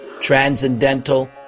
transcendental